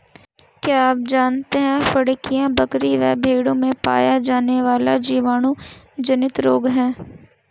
क्या आप जानते है फड़कियां, बकरी व भेड़ में पाया जाने वाला जीवाणु जनित रोग है?